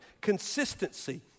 consistency